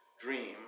dream